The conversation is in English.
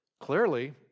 clearly